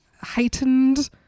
heightened